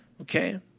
Okay